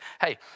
hey